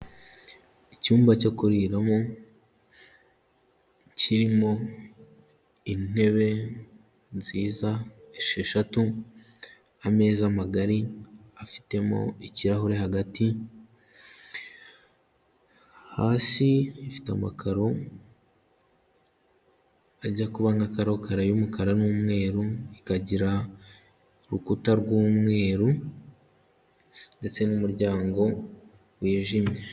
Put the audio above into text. Icyumba cyo kuriramo kirimo intebe nziza esheshatu, ameza magari afitemo ikirahure hagati, hasi ifite amakaro ajya kuba nka karokaro y'umukara n'umweru ikagira urukuta rw'umweru ndetse n'umuryango wijimye.